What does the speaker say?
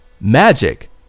Magic